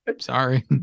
sorry